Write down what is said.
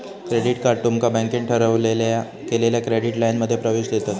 credit card तुमका बँकेन ठरवलेल्या केलेल्या क्रेडिट लाइनमध्ये प्रवेश देतत